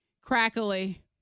crackly